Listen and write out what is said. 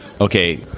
Okay